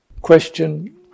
question